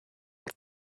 that